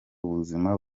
ubuzima